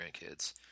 grandkids